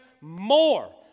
more